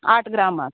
आठ ग्रामा